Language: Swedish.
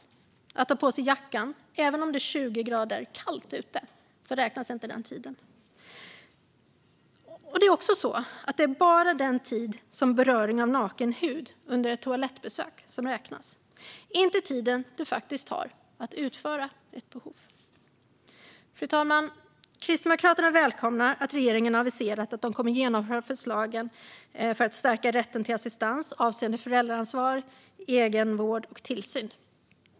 Tiden det tar att ta på sig jackan, även om det är 20 grader kallt ute, räknas inte. Det är också så att det bara är den tid som beröring av naken hud sker under ett toalettbesök som räknas, inte den tid som det faktiskt tar att utföra ett behov. Fru talman! Kristdemokraterna välkomnar att regeringen har aviserat att den kommer att genomföra förslagen för att stärka rätten till assistans avseende föräldraansvar, egenvård och tillsyn.